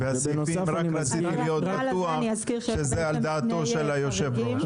זה על דעת היושב-ראש.